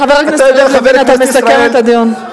חבר הכנסת יריב לוין, אתה תסכם את הדיון.